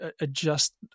adjust